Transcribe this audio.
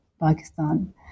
Pakistan